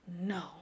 no